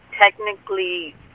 technically